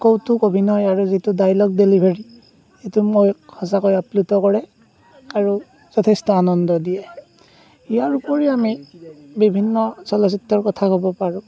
কৌতুক অভিনয় আৰু যিটো ডায়লগ ডেলিভাৰী সেইটো মই সঁচাকৈ আপ্লুত কৰে আৰু যথেষ্ট আনন্দ দিয়ে ইয়াৰ উপৰিও আমি বিভিন্ন চলচ্চিত্ৰৰ কথা ক'ব পাৰোঁ